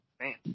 Man